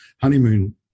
honeymoon